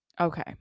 okay